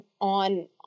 on